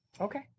Okay